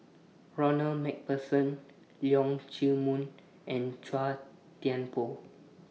Ronald MacPherson Leong Chee Mun and Chua Thian Poh